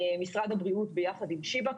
משרד בריאות ביחד עם שיבא,